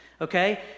okay